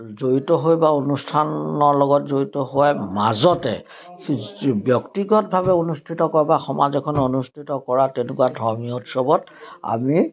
জড়িত হৈ বা অনুষ্ঠানৰ লগত জড়িত হোৱাৰ মাজতে ব্যক্তিগতভাৱে অনুষ্ঠিত কৰে বা সমাজ এখনে অনুষ্ঠিত কৰা তেনেকুৱা ধৰ্মীয় উৎসৱত আমি